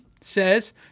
Says